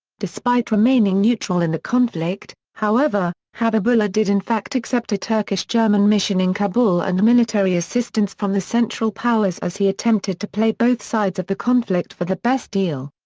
despite remaining neutral in the conflict, however, habibullah did in fact accept a turkish-german mission in kabul and military assistance from the central powers as he attempted to play both sides of the conflict for the best deal.